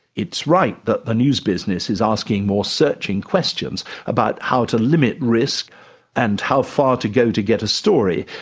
it's right that the news business is asking more searching questions about how to limit risk and how far to go to get a story,